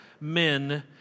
men